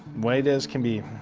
white as can be.